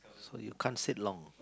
so you can't sit long